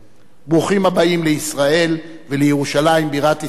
ברוכים הבאים לישראל ולירושלים בירת ישראל.